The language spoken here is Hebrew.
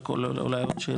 אולי רק עוד שאלה.